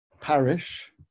parish